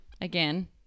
again